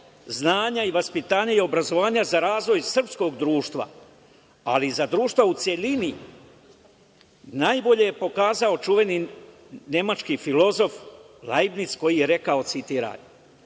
je moć znanja i obrazovanja za razvoj srpskog društva, ali i za društvo u celini najbolje je pokazao čuveni nemački filozof Lajbnic koji je rekao, citiram: